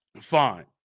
fine